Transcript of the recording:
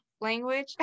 language